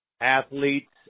athletes